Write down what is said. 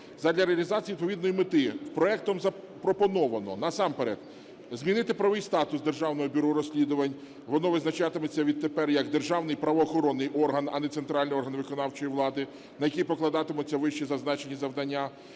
Задля реалізації відповідної мети проектом запропоновано насамперед змінити правовий статус Державного бюро розслідувань, воно визначатиметься відтепер як державний правоохоронний орган, а не центральний орган виконавчої влади, на який покладатимуться вищезазначені завдання.